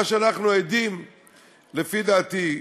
מה שאנחנו עדים לו, לפי דעתי,